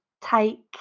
take